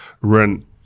rent